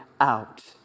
out